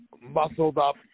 muscled-up –